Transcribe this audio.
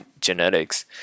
genetics